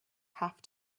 have